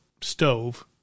stove